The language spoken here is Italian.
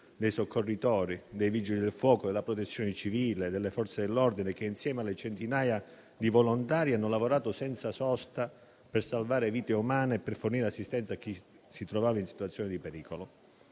dei soccorritori, dei Vigili del fuoco, della Protezione civile e delle Forze dell'ordine, che insieme alle centinaia di volontari hanno lavorato senza sosta per salvare vite umane e fornire assistenza a chi si trovava in situazione di pericolo.